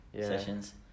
sessions